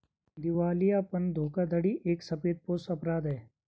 दिवालियापन धोखाधड़ी एक सफेदपोश अपराध है